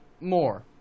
More